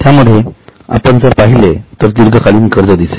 त्यामध्ये आपण जर पाहिले तर दीर्घकालीन कर्ज दिसेल